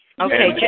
Okay